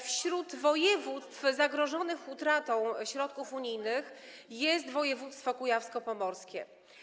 Wśród województw zagrożonych utratą środków unijnych jest województwo kujawsko-pomorskie.